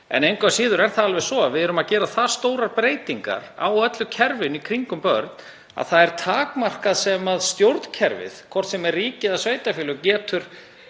Engu að síður er það svo að við erum að gera það stórar breytingar á öllu kerfinu í kringum börn að það er takmarkað sem stjórnkerfið, hvort sem er ríki eða sveitarfélög, getur